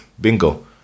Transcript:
Bingo